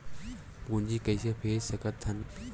पूंजी कइसे भेज सकत हन?